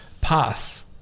path